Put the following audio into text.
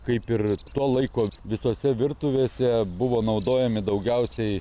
kaip ir to laiko visose virtuvėse buvo naudojami daugiausiai